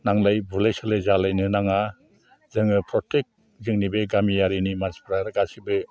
नांलाय बुलाय सोलाय जालायनो नाङा जोङो प्रतेक जोंनि बे गामियारिनि मानसिफ्रा गासिबो